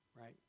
right